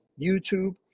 YouTube